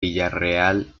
villarreal